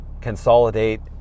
consolidate